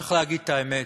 צריך להגיד את האמת: